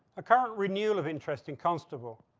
a current renewal of interesting constable